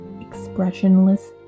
expressionless